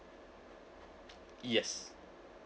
yes